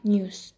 News